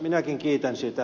minäkin kiitän siitä